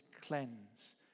cleanse